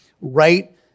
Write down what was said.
right